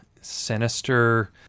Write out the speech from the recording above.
sinister